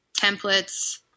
templates